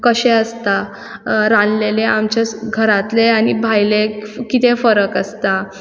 कशें आसता रांदलेलें आमचे घरांतलें आनी भायलें कितें फरक आसता